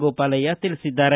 ಗೋಪಾಲಯ್ಯ ತಿಳಿಸಿದ್ದಾರೆ